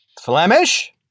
Flemish